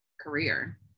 career